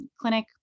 clinic